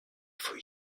faut